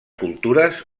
cultures